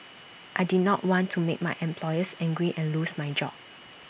I did not want to make my employers angry and lose my job